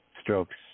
Strokes